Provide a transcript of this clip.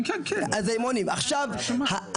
עכשיו,